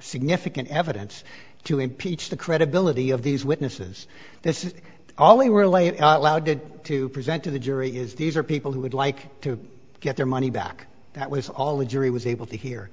significant evidence to impeach the credibility of these witnesses this is all they were laid out loud to present to the jury is these are people who would like to get their money back that was all the jury was able to hear